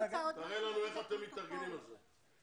תראה לנו איך אתם מתארגנים על זה.